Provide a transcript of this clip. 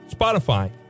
Spotify